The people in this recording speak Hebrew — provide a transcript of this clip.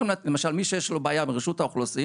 למשל, מי שיש לו בעיה ברשות האוכלוסין